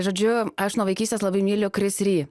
žodžiu aš nuo vaikystės labai myliu kris rį